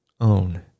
own